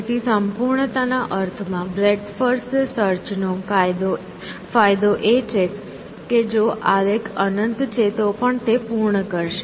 તેથી સંપૂર્ણતાના અર્થમાં બ્રેડ્થ ફર્સ્ટ સર્ચ નો ફાયદો એ છે કે જો આલેખ અનંત છે તો પણ તે પૂર્ણ કરશે